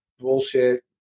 bullshit